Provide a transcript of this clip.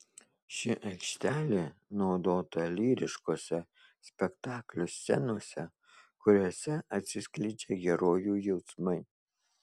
ši aikštelė naudota lyriškose spektaklio scenose kuriose atsiskleidžia herojų jausmai